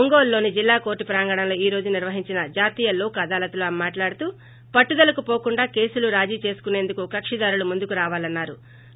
ఒంగోలులో ని జిల్లా కోర్టు ప్రాంగణంలో ఈ రోజు నిర్వహించిన జాతీయ లోకదాలత్ లో ఆమె మాట్లాడుతూ పట్లుదలకు పోకుండా కేసులు రాజీ చేసుకునేందుకు కక్షిదారులు ముందుకు రావాలన్నారు